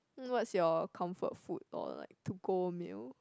what's your comfort food or like to go meal